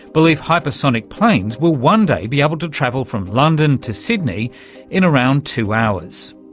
believe hypersonic planes will one day be able to travel from london to sydney in around two hours.